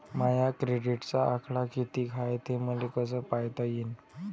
माया क्रेडिटचा आकडा कितीक हाय हे मले कस पायता येईन?